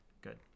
Good